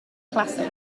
classic